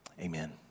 amen